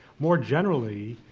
more generally,